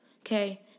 Okay